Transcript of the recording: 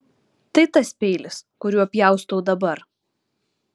tai tas peilis kuriuo pjaustau dabar